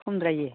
खमद्रायो